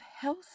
health